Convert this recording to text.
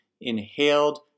inhaled